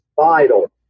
vital